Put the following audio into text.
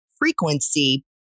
frequency